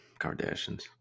Kardashians